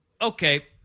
Okay